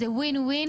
זה win win ,